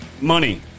money